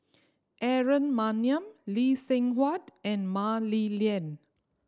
Aaron Maniam Lee Seng Huat and Mah Li Lian